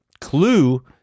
clue